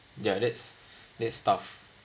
ya that's that's tough